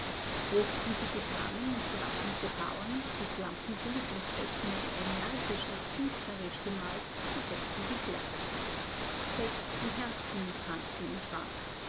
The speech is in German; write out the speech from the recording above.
hochbusige damen und gewappnete bauern mit lampenruß und fett mehr energisch als künstlerisch gemalt bedeckten die blätter selbst die herzen prangten in schwarz